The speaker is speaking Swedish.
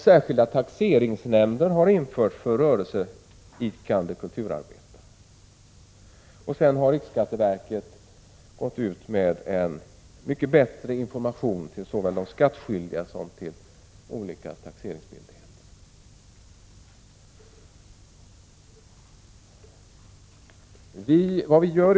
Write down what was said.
Särskilda taxeringsnämnder har införts för rörelseidkande kulturarbetare, och riksskatteverket har gått ut med mycket bättre information såväl till skattskyldiga som till taxeringsmyndigheter.